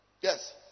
Yes